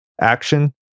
action